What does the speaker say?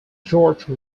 george